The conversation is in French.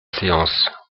séance